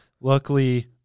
luckily